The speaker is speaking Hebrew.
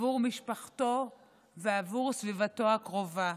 עבור משפחתו ועבור סביבתו הקרובה.